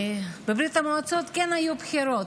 בברית המועצות כן היו בחירות,